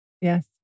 Yes